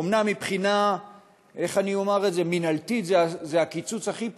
אומנם מבחינה מינהלתית זה הקיצוץ הכי פשוט,